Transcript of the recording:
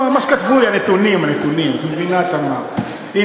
מי אמר לך להקריא?